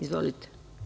Izvolite.